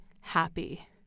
happy